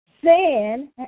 Sin